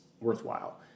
worthwhile